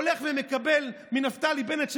הולך ומקבל מנפתלי בנט,